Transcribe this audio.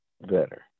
better